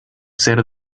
ser